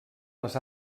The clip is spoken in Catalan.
les